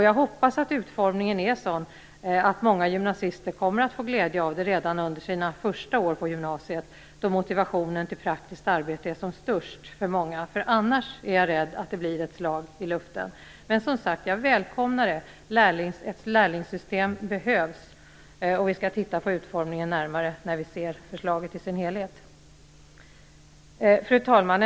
Jag hoppas att utformningen är sådan att många gymnasister kommer att få glädje av det redan under sina första år på gymnasiet, då motivationen till praktiskt arbete är som störst för många. Annars är jag rädd att det blir ett slag i luften. Men, som sagt, jag välkomnar det. Ett lärlingssystem behövs. Vi skall titta närmare på utformningen när vi ser förslaget i dess helhet. Fru talman!